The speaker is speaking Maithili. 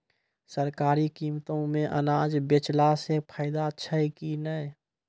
सरकारी कीमतों मे अनाज बेचला से फायदा छै कि नैय?